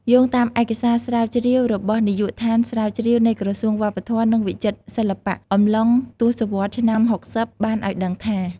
យោងតាមឯកសារស្រាវជ្រាវរបស់នាយកដ្ឋានស្រាវជ្រាវ នៃក្រសួងវប្បធម៌ និងវិចិត្រសិល្បៈអំឡុងទសវត្សរ៍ឆ្នាំ៦០ បានឲ្យដឹងថា។